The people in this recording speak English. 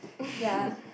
ya